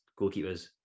goalkeepers